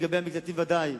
ולגבי המקלטים ודאי,